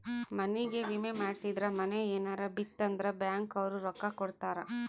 ಮನಿಗೇ ವಿಮೆ ಮಾಡ್ಸಿದ್ರ ಮನೇ ಯೆನರ ಬಿತ್ ಅಂದ್ರ ಬ್ಯಾಂಕ್ ಅವ್ರು ರೊಕ್ಕ ಕೋಡತರಾ